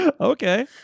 Okay